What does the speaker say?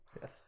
yes